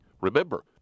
Remember